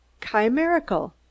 Chimerical